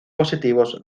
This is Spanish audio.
positivos